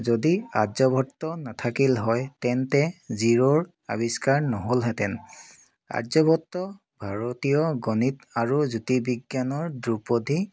যদি আৰ্যভট্ট নাথাকিল হয় তেন্তে জিৰোৰ আৱিষ্কাৰ নহ'লহেঁতেন আৰ্যভট্ট ভাৰতীয় গণিত আৰু জ্যোতিৰ্বিজ্ঞানৰ ধ্ৰুপদী